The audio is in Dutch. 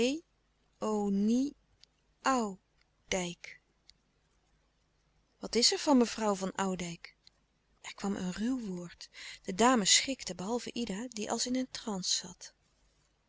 ou dijck wat is er van mevrouw van oudijck er kwam een ruw woord de dames schrikten behalve ida die als in een transe zat